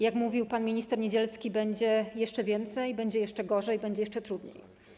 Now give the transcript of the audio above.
Jak mówił pan minister Niedzielski, będzie jeszcze więcej, będzie jeszcze gorzej, będzie jeszcze trudniej.